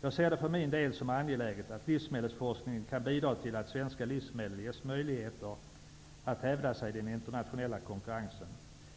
Jag ser det för min del som angeläget att livsmedelsforskningen kan bidra till att svenska livsmedel ges möjlighet att hävda sig i den internationella konkurrensen.